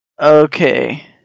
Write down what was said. Okay